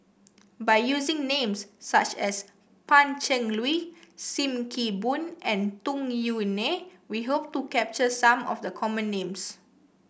by using names such as Pan Cheng Lui Sim Kee Boon and Tung Yue Nang we hope to capture some of the common names